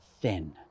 thin